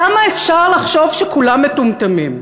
כמה אפשר לחשוב שכולם מטומטמים?